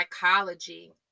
psychology